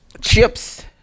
Chips